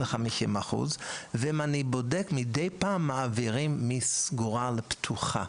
ואם אני בודק - מדי פעם מעבירים מסגורה לפתוחה,